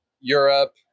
Europe